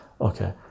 okay